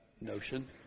notion